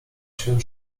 się